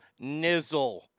nizzle